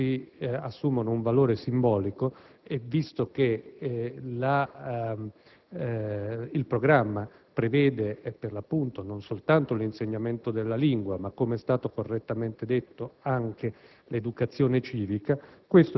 luoghi assumono un valore simbolico e visto che il programma prevede, per l'appunto, non soltanto l'insegnamento della lingua, ma, come è stato correttamente ricordato dalla